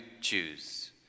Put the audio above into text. choose